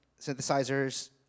synthesizers